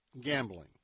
gambling